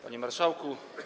Panie Marszałku!